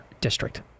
district